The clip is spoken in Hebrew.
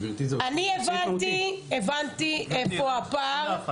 אני הבנתי איפה הפער.